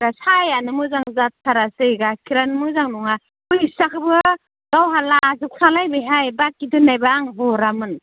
जा साहायानो मोजां जाथारासै गाइखेरानो मोजां नङा फैसाखोबो गावहा लाजोबखालायबायहाय बाखि दोननायब्ला आं हरामोन